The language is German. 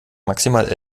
maximal